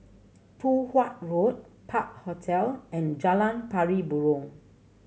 Poh Huat Road Park Hotel and Jalan Pari Burong